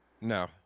No